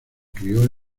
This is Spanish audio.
crio